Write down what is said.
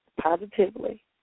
positively